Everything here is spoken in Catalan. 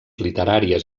literàries